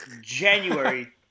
January